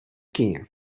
kinie